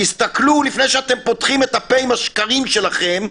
תסתכלו, לפני שאתם פותחים את הפה עם השקרים שלכם.